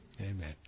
Amen